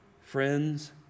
friends